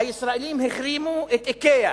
הישראלים החרימו את "איקאה".